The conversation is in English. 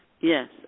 Yes